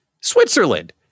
Switzerland